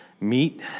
meet